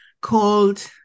called